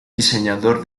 diseñador